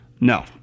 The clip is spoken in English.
No